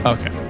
Okay